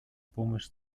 помощь